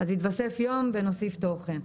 יתווסף יום ונוסיף תוכן.